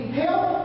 help